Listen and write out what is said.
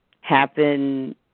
happen